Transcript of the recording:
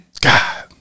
God